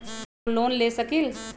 हम लोन ले सकील?